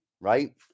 right